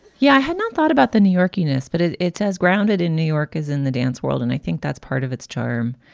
yeah i had not thought about the new york yoenis, but it's as grounded in new york as in the dance world. and i think that's part of its charm.